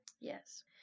Yes